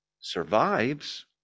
survives